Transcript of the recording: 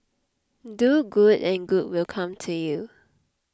do good and good will come to you